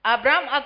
Abraham